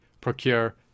procure